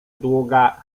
długa